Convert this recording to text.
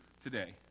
today